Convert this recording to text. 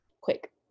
Quick